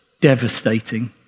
devastating